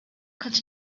konnte